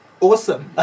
Awesome